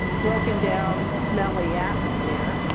broken down, smelly atmosphere,